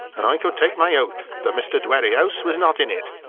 and i could take my oath that mr. dwerrihouse was not in it.